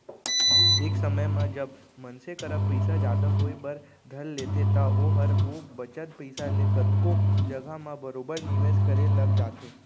एक समे म जब मनसे करा पइसा जादा होय बर धर लेथे त ओहर ओ बचत पइसा ले कतको जघा म बरोबर निवेस करे लग जाथे